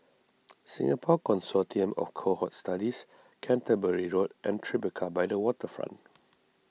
Singapore Consortium of Cohort Studies Canterbury Road and Tribeca by the Waterfront